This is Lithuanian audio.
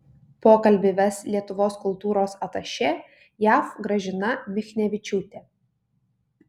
pokalbį ves lietuvos kultūros atašė jav gražina michnevičiūtė